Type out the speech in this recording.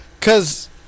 cause